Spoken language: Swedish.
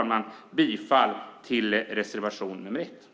Jag yrkar bifall till reservation nr 1.